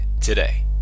today